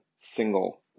single